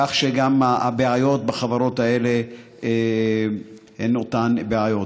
כך שגם הבעיות בחברות האלה הן אותן בעיות.